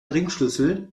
ringschlüssel